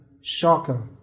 shocker